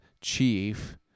chief